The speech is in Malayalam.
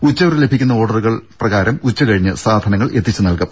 ഉച്ചവരെ ലഭിക്കുന്ന ഓർഡറുകൾ പ്രകാരം ഉച്ചകഴിഞ്ഞ് സാധനങ്ങൾ എത്തിച്ചുനൽകും